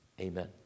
Amen